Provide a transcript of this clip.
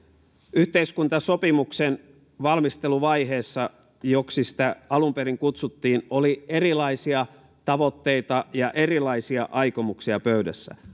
yhteiskuntasopimuksen valmisteluvaiheessa joksi sitä alun perin kutsuttiin oli erilaisia tavoitteita ja erilaisia aikomuksia pöydässä